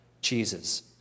Jesus